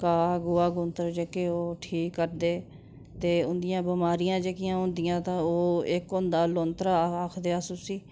घा गोहा गूत्तर जेह्के ओह् ठीक करदे ते उंदियां बमारियां जेह्कियां होंदियां तां ओह् इक होंदा लोंतरां आखदे अस उसी